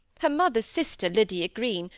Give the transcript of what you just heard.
her mother's sister, lydia green,